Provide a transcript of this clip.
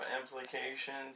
implications